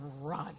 run